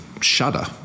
shudder